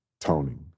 toning